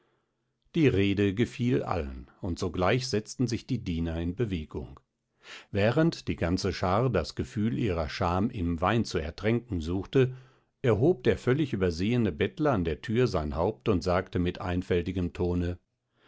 die rede gefiel allen und sogleich setzten sich die diener in bewegung während die ganze schar das gefühl ihrer scham im wein zu ertränken suchte erhob der völlig übersehene bettler an der thür sein haupt und sagte mit einfältigem tone